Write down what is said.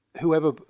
whoever